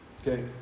Okay